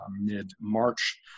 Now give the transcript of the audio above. mid-March